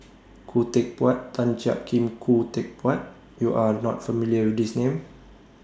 Khoo Teck Puat Tan Jiak Kim Khoo Teck Puat YOU Are not familiar with These Names